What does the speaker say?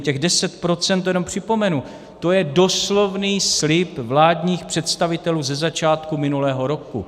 Těch 10 % to jenom připomenu to je doslovný slib vládních představitelů ze začátku minulého roku.